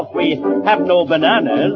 we have no bananas!